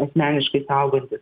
asmeniškai saugotis